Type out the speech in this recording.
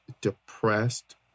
depressed